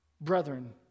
Brethren